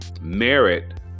merit